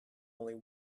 only